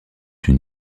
une